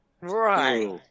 Right